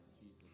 Jesus